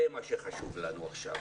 זה מה שחשוב לנו עכשיו.